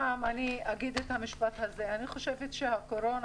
אני אגיד את המשפט הזה: אני חושבת שהקורונה